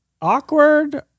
Awkward